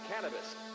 cannabis